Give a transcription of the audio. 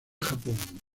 japón